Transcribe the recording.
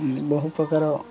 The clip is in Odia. ବହୁ ପ୍ରକାର